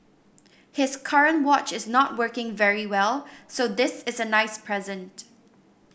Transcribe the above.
his current watch is not working very well so this is a nice present